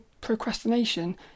procrastination